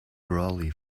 brolly